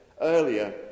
Earlier